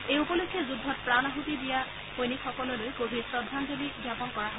এই উপলক্ষে যুদ্ধত প্ৰাণ আছতি দিয়া সৈনিকসকললৈ গভীৰ শ্ৰদাঞ্জলি জাপন কৰা হয়